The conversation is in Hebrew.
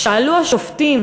שאלו השופטים